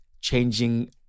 changing